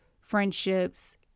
friendships